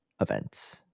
events